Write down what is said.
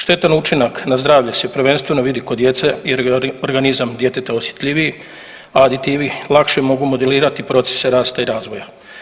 Štetan učinak na zdravlje se prvenstveno vidi kod djece jer je organizam djeteta osjetljiviji, a aditivi lakše mogu modelirati proces rasta i razvoja.